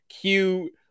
cute